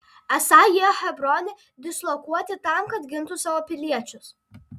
esą jie hebrone dislokuoti tam kad gintų savo piliečius